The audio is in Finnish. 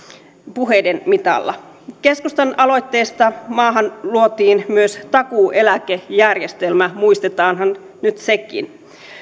puheiden mitalla keskustan aloitteesta maahan luotiin myös takuueläkejärjestelmä muistetaanhan nyt sekin